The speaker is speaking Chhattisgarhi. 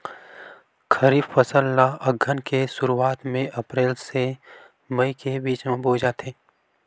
खरीफ फसल ला अघ्घन के शुरुआत में, अप्रेल से मई के बिच में बोए जाथे